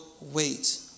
wait